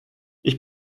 ich